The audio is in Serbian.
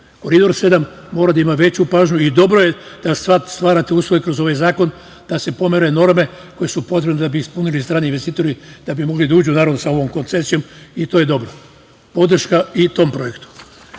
Koridor 7 mora da ima veću pažnju i dobro je da sad stvarate uslove kroz ovaj zakon da se pomere norme koje su potrebne da bi ispunili strani investitori, da bi mogli da uđu sa ovom koncesijom, i to je dobro. Podrška i tom projektu. Stanovi.